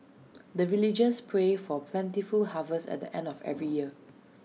the villagers pray for plentiful harvest at the end of every year